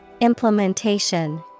Implementation